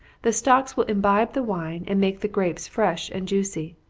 the stalks will imbibe the wine, and make the grapes fresh and juicy.